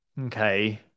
okay